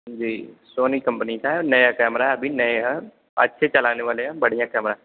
जी Sony company का है और नया कैमरा है अभी नया अच्छे चलाने वाले हैं बढ़िया कैमरा